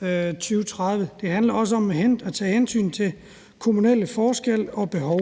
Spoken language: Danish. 2030. Det handler også om at tage hensyn til kommunale forskelle og behov.